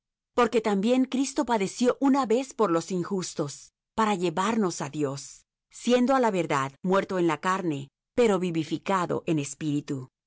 porque también cristo padeció una vez por los injustos para llevarnos á dios siendo á la verdad muerto en la carne pero vivificado en espíritu